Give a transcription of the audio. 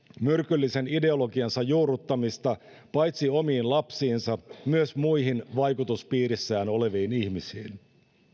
myrkyllisen ideologiansa juurruttamista paitsi omiin lapsiinsa myös muihin vaikutuspiirissään oleviin ihmisiin